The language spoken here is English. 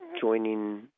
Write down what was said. joining